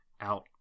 out